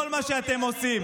כל מה שאתם עושים.